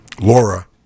Laura